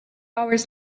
hours